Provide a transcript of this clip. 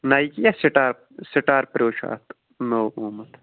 Nike یا star star pro چھِ اَتھ نوٚو آمُت